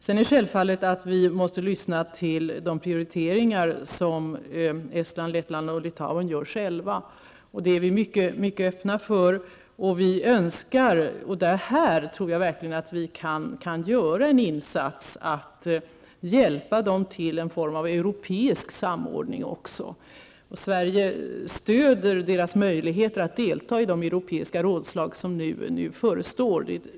Sedan är det självklart att vi måste höra efter vilka prioriteringar som Estland, Lettland och Litauen själva gör, och vi är mycket öppna för det. Vi önskar att vi också kan -- och här tror jag verkligen att vi kan göra en insats -- hjälpa dem till en form av europeisk samordning. Sverige stöder deras försök att få delta i de europeiska rådslag som nu förestår.